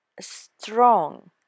strong